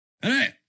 Hey